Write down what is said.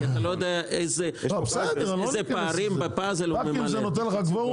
אתה לא יודע איזה פערים בפאזל הוא ממלא,